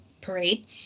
parade